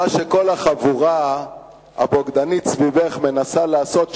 מה שכל החבורה הבוגדנית סביבך מנסה לעשות שנים,